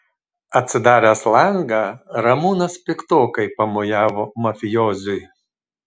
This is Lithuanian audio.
atsidaręs langą ramūnas piktokai pamojavo mafijoziui